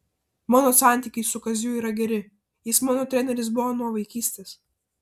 mano santykiai su kaziu yra geri jis mano treneris buvo nuo vaikystės